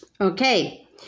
Okay